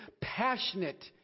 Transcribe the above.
passionate